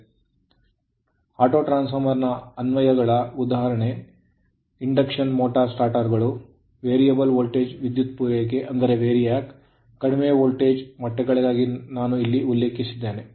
autotransformer ಸ್ವಯಂಟ್ರಾನ್ಸ್ ಫಾರ್ಮರ್ ನ ಅನ್ವಯಗಳ ಉದಾಹರಣೆ i ಇಂಡಕ್ಷನ್ ಮೋಟಾರ್ ಸ್ಟಾರ್ಟರ್ ಗಳು ii ವೇರಿಯಬಲ್ ವೋಲ್ಟೇಜ್ ವಿದ್ಯುತ್ ಪೂರೈಕೆ ಅಂದರೆ VARIAC ಕಡಿಮೆ ವೋಲ್ಟೇಜ್ current ಪ್ರಸ್ತುತ ಮಟ್ಟಗಳಿಗಾಗಿ ನಾನು ಇಲ್ಲಿ ಉಲ್ಲೇಖಿಸಿದ್ದೇನೆ